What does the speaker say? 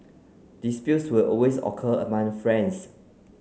disputes will always occur among friends